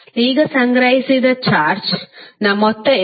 ಈಗ ಸಂಗ್ರಹಿಸಿದ ಚಾರ್ಜ್ನ ಮೊತ್ತ ಎಷ್ಟು